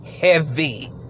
heavy